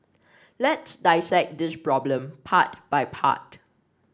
let's dissect this problem part by part